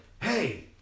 hey